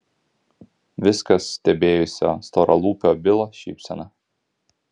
viską stebėjusio storalūpio bilo šypsena